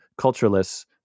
cultureless